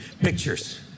pictures